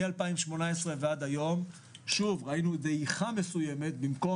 מ-2018 ועד היום ראינו דעיכה מסוימת במקום